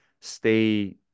stay